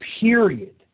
Period